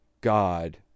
God